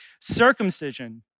circumcision